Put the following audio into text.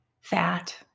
fat